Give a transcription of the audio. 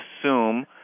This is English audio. assume